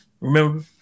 Remember